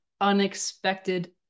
unexpected